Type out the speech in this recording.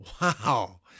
Wow